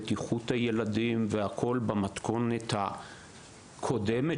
בטיחות הילדים והכל במתכונת הקודמת,